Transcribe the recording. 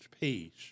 peace